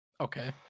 okay